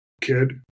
kid